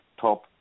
top